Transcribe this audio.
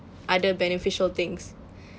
other beneficial things